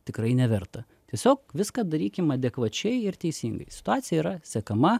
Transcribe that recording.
tikrai neverta tiesiog viską darykim adekvačiai ir teisingai situacija yra sekama